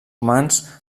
humans